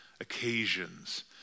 occasions